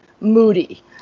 moody